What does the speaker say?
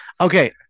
okay